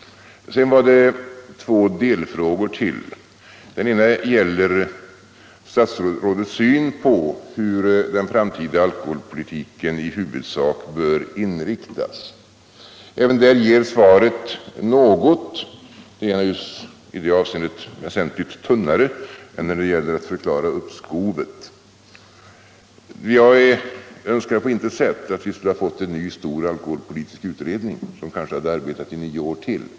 Sedan var det två delfrågor till. Den ena gäller statsrådets syn på hur den framtida alkoholpolitiken i huvudsak bör inriktas. Även där ger svaret något, fastän det i det avseendet är väsentligt tunnare än när det gäller att förklara uppskovet. Jag önskar på intet sätt få en ny stor alkoholpolitisk utredning, som kanske hade arbetat i nio år till.